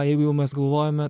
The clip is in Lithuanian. jeigu jau mes galvojame